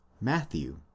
Matthew